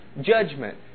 judgment